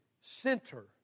center